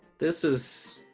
this is